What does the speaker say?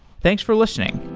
thanks for listening